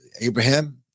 Abraham